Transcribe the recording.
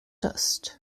dust